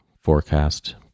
forecast